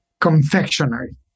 confectionery